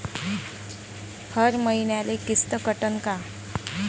हर मईन्याले किस्त कटन का?